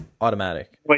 Automatic